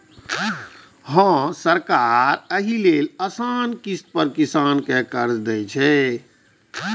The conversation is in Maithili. हां, सरकार एहि लेल आसान किस्त पर किसान कें कर्ज दै छै